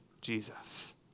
Jesus